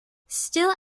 still